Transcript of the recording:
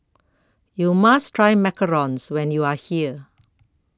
YOU must Try Macarons when YOU Are here